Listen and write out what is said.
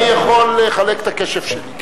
אני יכול לחלק את הקשב שלי.